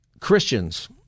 Christians